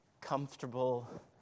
comfortable